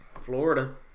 Florida